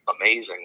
amazing